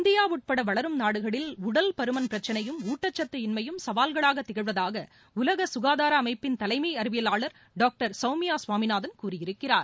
India உட்பட வளரும் நாடுகளில் உடல் பருமன் பிரச்சினையும் ஊட்டச்சத்து இன்மையும் சவால்களாக திகழ்வதாக உலக சுகாதார அமைப்பின் தலைமை அறிவியலாளர் டாக்டர் சௌமியா சுவாமிநாதன் கூறியிருக்கிறார்